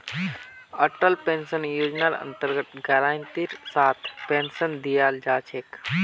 Atal pension योजनार अन्तर्गत गारंटीर साथ पेन्शन दीयाल जा छेक